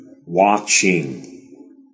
watching